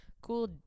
cool